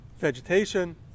vegetation